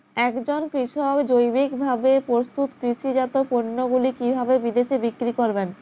একজন কৃষক জৈবিকভাবে প্রস্তুত কৃষিজাত পণ্যগুলি কিভাবে বিদেশে বিক্রি করবেন?